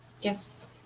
Yes